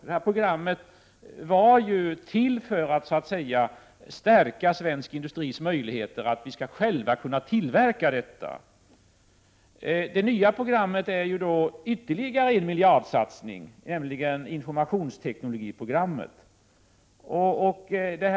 Det programmet var till för att stärka svensk industris möjligheter att själv tillverka detta. Det nya programmet, nämligen informationsteknologiprogrammet, är ytterligare en miljardsatsning.